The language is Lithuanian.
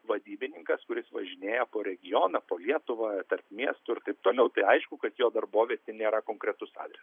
vadybininkas kuris važinėja po regioną po lietuvą tarp miestų ir taip toliau tai aišku kad jo darbovietė nėra konkretus adresas